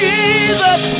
Jesus